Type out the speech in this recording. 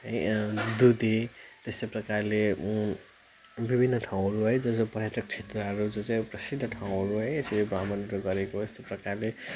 है दुधे त्यस्तै प्रकारले विभिन्न ठाउँहरू है जो जो पर्यटक क्षेत्रहरू जो चाहिँ अब प्रसिद्ध ठाउँहरू हो है यसरी भ्रमणहरू गरेको यस्तै प्रकारले